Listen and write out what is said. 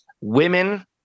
Women